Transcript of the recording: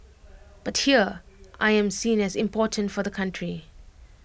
but here I am seen as important for the country